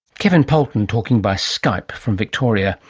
kevin poulton talking by skype from victoria.